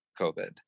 covid